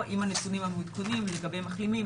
עם הנתונים המעודכנים לגבי מחלימים,